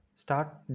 start